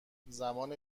زمان